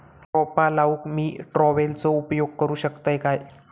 रोपा लाऊक मी ट्रावेलचो उपयोग करू शकतय काय?